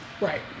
Right